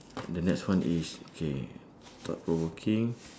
the next one is okay thought-provoking